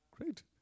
Great